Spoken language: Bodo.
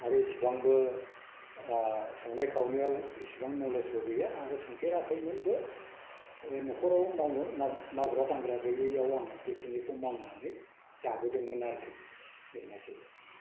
आरो एसेबांबो संनाय खावनायाव एसेबां नलेड्जबो गैया आरो संफेराखैमोनबो न'खराव मावग्रा दांग्रा गैयैयाव बिखिनिखौ मावनानै जाबोदोंमोन आरोखि बेनोसै